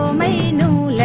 may